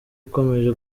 ikomeje